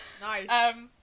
Nice